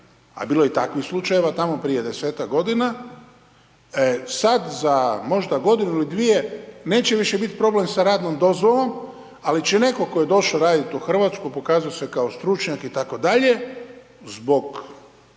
a bilo je i takvih slučajeva tamo prije 10-tak godina, sad za možda godinu ili dvije neće više biti problem sa radnom dozvolom ali će neko ko je došo radit u Hrvatsku pokazo se kao stručnjak itd., zbog